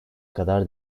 kadar